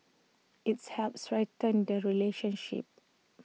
its helps strengthen the relationship